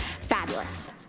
Fabulous